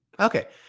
Okay